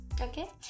Okay